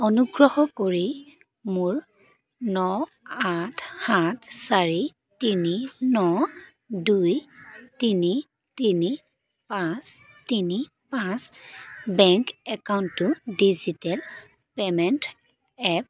অনুগ্ৰহ কৰি মোৰ ন আঠ সাত চাৰি তিনি ন দুই তিনি তিনি পাঁচ তিনি পাঁচ বেংক একাউণ্টটো ডিজিটেল পে'মেণ্ট এপ